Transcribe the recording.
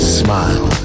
smile